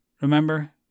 remember